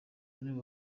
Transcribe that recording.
aribo